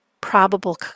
probable